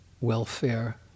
welfare